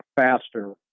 faster